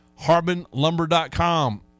HarbinLumber.com